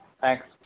Thanks